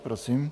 Prosím.